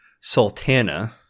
Sultana